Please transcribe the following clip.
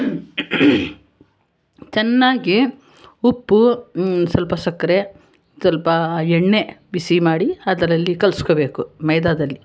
ಚೆನ್ನಾಗಿ ಉಪ್ಪು ಸ್ವಲ್ಪ ಸಕ್ಕರೆ ಸ್ವಲ್ಪ ಎಣ್ಣೆ ಬಿಸಿ ಮಾಡಿ ಅದರಲ್ಲಿ ಕಲ್ಸ್ಕೊಬೇಕು ಮೈದಾದಲ್ಲಿ